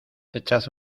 echad